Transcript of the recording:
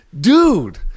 Dude